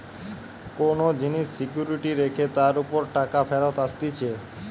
কোন জিনিস সিকিউরিটি রেখে তার উপর টাকা ফেরত আসতিছে